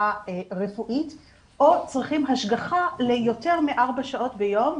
רפואי או צריכים השגחה ליותר מארבע שעות ביום,